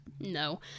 No